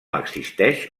existeix